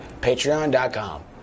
patreon.com